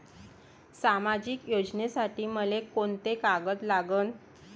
सामाजिक योजनेसाठी मले कोंते कागद लागन?